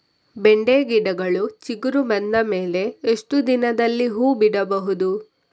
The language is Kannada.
ಬೆಂಡೆ ಗಿಡಗಳು ಚಿಗುರು ಬಂದ ಮೇಲೆ ಎಷ್ಟು ದಿನದಲ್ಲಿ ಹೂ ಬಿಡಬಹುದು?